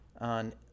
on